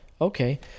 Okay